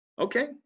okay